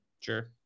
Sure